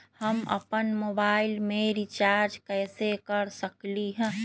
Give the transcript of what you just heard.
हम अपन मोबाइल में रिचार्ज कैसे कर सकली ह?